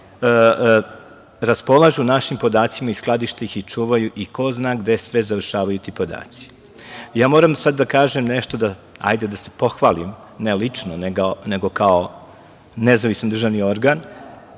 raspolažu našim podacima i skladište ih i čuvaju i ko zna gde sve završavaju i ti podaci. Moram sada da kažem nešto, hajde da se pohvalim, ne lično nego kao nezavisan državni organ,